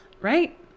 right